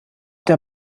der